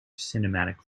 cinematic